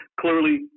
clearly